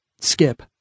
Skip